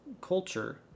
culture